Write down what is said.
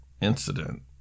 incident